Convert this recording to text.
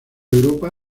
europa